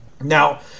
Now